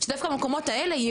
שדווקא במקומות האלה,